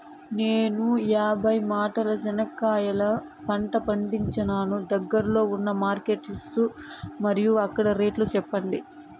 నేను యాభై మూటల చెనక్కాయ పంట పండించాను దగ్గర్లో ఉన్న మార్కెట్స్ మరియు అక్కడ రేట్లు చెప్పండి?